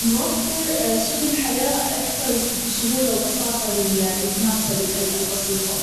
نوفر سبل حياة أكثر سهولة وبساطة للناس البسيطة.